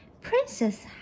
Princess